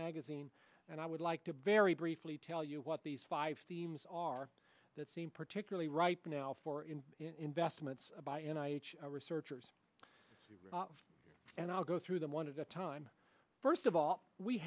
magazine and i would like to very briefly tell you what these five themes are that seem particularly ripe now for investments by and researchers and i'll go through them one of the time first of all we